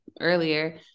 earlier